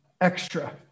extra